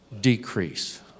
decrease